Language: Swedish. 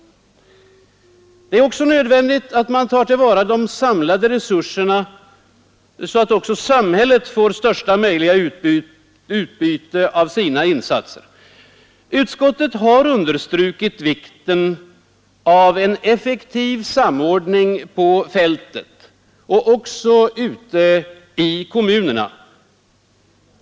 Det är nödvändigt att ta till vara de samlade resurserna, så att också samhället får största möjliga utbyte av sina insatser. Utskottet har understrukit vikten av en effektiv samordning ute på fältet, bl.a. i kommunerna.